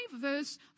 verse